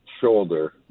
shoulder